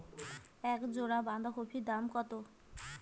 এক জোড়া বাঁধাকপির দাম কত?